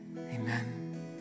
amen